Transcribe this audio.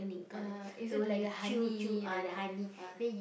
uh is it like the honey like that ah